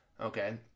Okay